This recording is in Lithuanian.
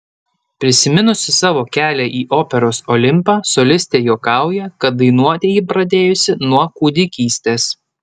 prisiminusi savo kelią į operos olimpą solistė juokauja kad dainuoti ji pradėjusi nuo kūdikystės